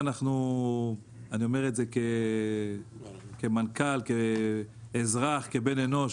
אני אומר את זה כמנכ"ל, כאזרח, כבן-אנוש.